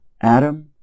Adam